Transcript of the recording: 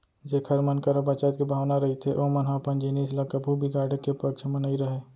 जेखर मन करा बचत के भावना रहिथे ओमन ह अपन जिनिस ल कभू बिगाड़े के पक्छ म नइ रहय